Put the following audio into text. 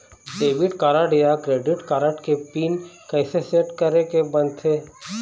Debit card या credit card के PIN कइसे सेट करे के बनते?